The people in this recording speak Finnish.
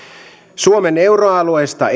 suomen euroalueesta